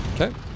okay